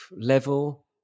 level